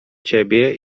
ciebie